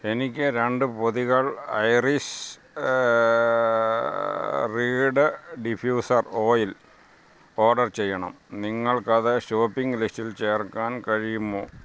എനിക്ക് രണ്ട് പൊതികൾ Irish reed diffuser oil order ചെയ്യണം നിങ്ങൾക്കത് ഷോപ്പിംഗ് ലിസ്റ്റിൽ ചേർക്കാൻ കഴിയുമോ